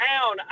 town